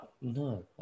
no